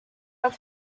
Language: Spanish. las